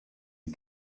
you